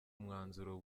umwanzuro